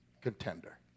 contender